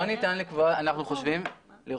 זו